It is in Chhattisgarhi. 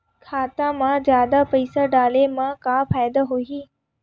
खाता मा जादा पईसा डाले मा का फ़ायदा होही?